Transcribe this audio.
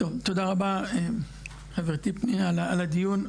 טוב, תודה רבה חברתי פנינה על הדיון.